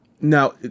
Now